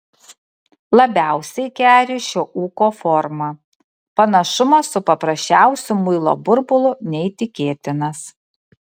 labiausiai keri šio ūko forma panašumas su paprasčiausiu muilo burbulu neįtikėtinas